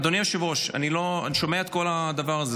אדוני היושב-ראש, אני שומע את כל הדבר הזה.